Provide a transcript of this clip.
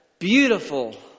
Beautiful